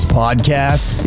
podcast